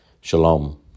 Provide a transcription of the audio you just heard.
Shalom